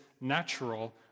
natural